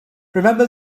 remember